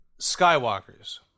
Skywalkers